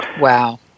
Wow